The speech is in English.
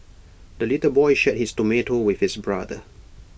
the little boy shared his tomato with his brother